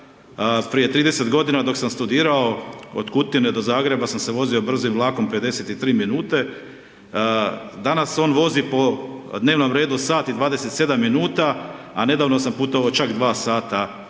prije 30 godina dok sam studirao, od Kutine do Zagreba sam se vozio brzim vlakom 53 minute, danas on vozi po dnevnom redu sat i 27 minuta, a nedavno sam putovao čak 2 h tih